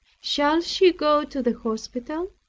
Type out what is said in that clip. shall she go to the hospital?